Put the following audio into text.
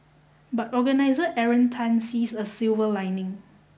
but organiser Aaron Tan sees a silver lining